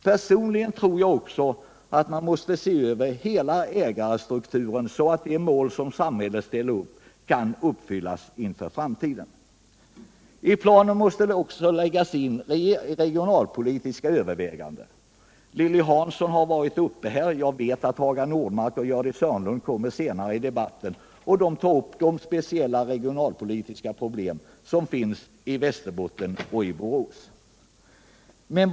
Personligen tror jag också att man måste se över hela ägarstrukturen, så att de mål som samhället ställer upp kan uppfyllas i framtiden. I planen måste också läggas in regionalpolitiska överväganden. Lilly Hansson har redan talat om dessa problem, och jag vet att Hagar Normark och Gördis Hörnlund senare i debatten kommer att ta upp de regionalpolitiska problemen i Västerbotten och Boråsregionen.